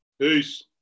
peace